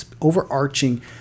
overarching